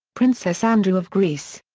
princess andrew of greece.